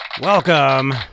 Welcome